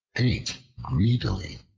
ate greedily.